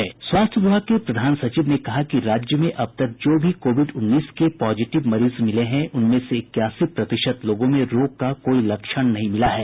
स्वास्थ्य विभाग के प्रधान सचिव ने कहा कि राज्य में अब तक जो भी कोविड उन्नीस के पॉजिटिव मरीज मिले हैं उनमें से इक्यासी प्रतिशत लोगों में रोग का कोई लक्षण नहीं मिला है